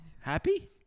Happy